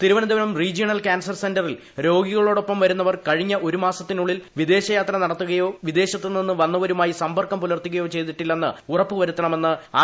Thiruvananthapuram regional cancer സെന്ററിൽ രോഗികളോടൊപ്പം വരുന്നവർ കഴിഞ്ഞ ഒരു മാസത്തിനുള്ളിൽ വിദേശയാത്ര നടത്തുകയോ വിദേശത്തു നിന്ന് വന്നവരുമായി സമ്പർക്കം പുലർത്തുകയോ ചെയ്തിട്ടില്ലെന്ന് ഉറപ്പു വരുത്തണമെന്ന് ആർ